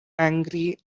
angry